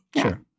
Sure